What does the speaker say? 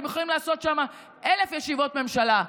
אתם יכולים לעשות שם אלף ישיבות ממשלה,